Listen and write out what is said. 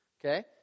Okay